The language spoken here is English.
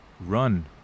Run